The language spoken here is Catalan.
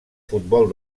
futbol